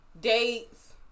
dates